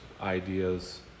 ideas